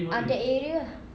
ah that area ah